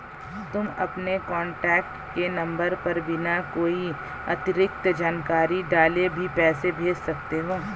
तुम अपने कॉन्टैक्ट के नंबर पर बिना कोई अतिरिक्त जानकारी डाले भी पैसे भेज सकते हो